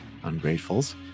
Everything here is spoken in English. ungratefuls